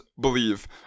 believe